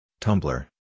Tumblr